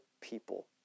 people